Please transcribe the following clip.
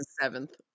seventh